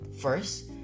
First